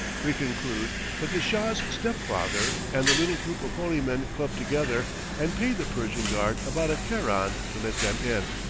we conclude that the shah's step-father and the little group of holy men clubbed together and paid the persian guard about a keran to let them in,